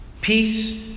peace